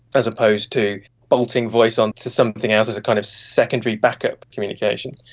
as opposed to bolting voice onto something else as a kind of secondary backup communication.